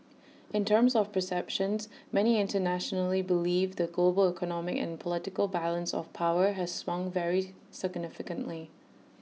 in terms of perceptions many internationally believe the global economic and political balance of power has swung very significantly